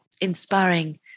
inspiring